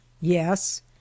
yes